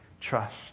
trust